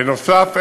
בנוסף,